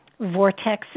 vortexes